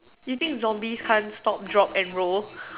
you think zombies can't stop drop and roll